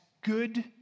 good